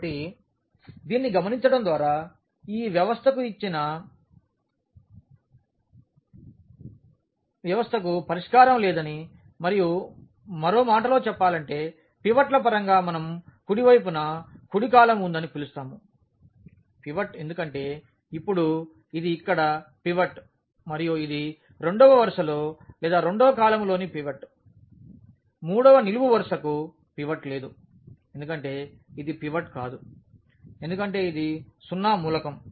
కాబట్టి దీనిని గమనించడం ద్వారా ఈ వ్యవస్థకు ఇచ్చిన వ్యవస్థకు పరిష్కారం లేదని మరియు మరో మాటలో చెప్పాలంటే పివట్ల పరంగా మనం కుడివైపున కుడి కాలమ్ ఉందని పిలుస్తాము పివట్ ఎందుకంటే ఇప్పుడు ఇది ఇక్కడ పివట్ మరియు ఇది రెండవ వరుసలో లేదా రెండవ కాలమ్లోని పివట్ మూడవ నిలువు వరుసకు పివట్ లేదు ఎందుకంటే ఇది పివట్ కాదు ఎందుకంటే ఇది 0 మూలకం